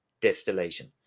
distillation